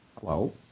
Hello